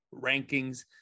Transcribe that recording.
rankings